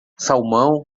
salmão